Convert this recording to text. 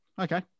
Okay